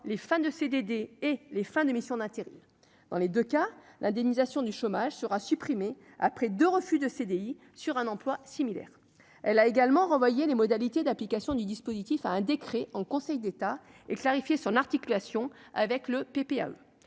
les fins de CDD et les fins de mission d'intérim dans les 2 cas, l'indemnisation du chômage sera supprimée après 2 refus de CDI sur un emploi similaire, elle a également renvoyé les modalités d'application du dispositif à un décret en Conseil d'État et clarifier son articulation avec le PPA,